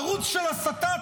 ערוץ של הסתה,